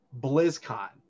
blizzcon